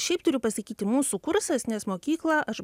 šiaip turiu pasakyti mūsų kursas nes mokyklą aš